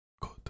good